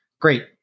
great